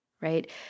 right